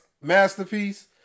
masterpiece